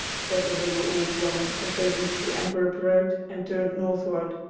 said the little old woman as they reached the antwerp road and turned northward,